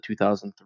2003